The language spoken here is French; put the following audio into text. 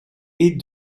est